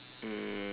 mm